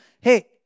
hey